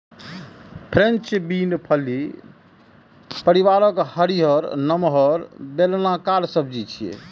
French bean फली परिवारक हरियर, नमहर, बेलनाकार सब्जी छियै